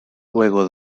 luego